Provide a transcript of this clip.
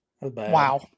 Wow